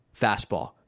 Fastball